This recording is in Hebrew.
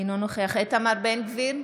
אינו נוכח איתמר בן גביר,